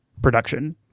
production